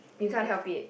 you can't help it